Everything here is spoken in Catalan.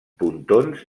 pontons